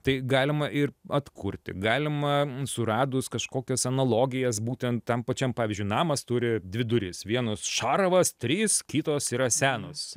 tai galima ir atkurti galima suradus kažkokias analogijas būtent tam pačiam pavyzdžiui namas turi dvi duris vienos šarvas trys kitos yra senos